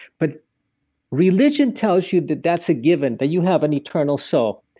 but religion tells you that that's a given. that you have an eternal soul.